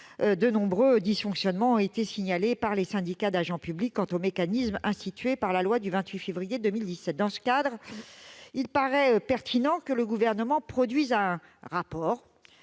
de nombreux dysfonctionnements ont été signalés par les syndicats d'agents publics dans l'application du mécanisme institué par la loi du 28 février 2017. Il paraît donc pertinent que le Gouvernement produise un rapport